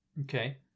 Okay